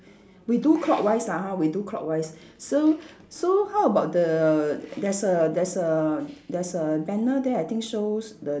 we do clockwise lah hor we do clockwise so so how about the there's a there's a there's a banner there I think shows the